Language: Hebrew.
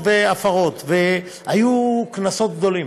והפרות, והיו קנסות גדולים,